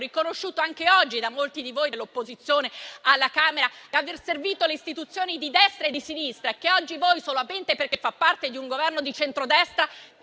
riconosciuto anche oggi da molti di voi dell'opposizione alla Camera, e ha servito le istituzioni di destra e di sinistra, ma oggi voi, solamente perché fa parte di un Governo di centrodestra,